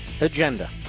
agenda